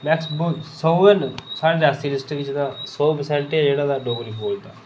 maximum सौ न साढ़े रियासी डिस्ट्रिक्ट च तां सौ परसैंट तां डोगरी बोलदा